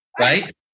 right